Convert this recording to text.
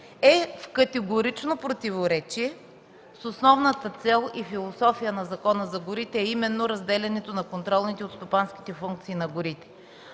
е в категорично противоречие с основната цел и философия на Закона за горите, а именно разделянето на контролните от стопанските функции на горите.